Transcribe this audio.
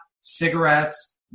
cigarettes